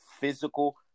physical